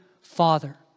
Father